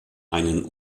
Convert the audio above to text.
einen